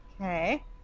okay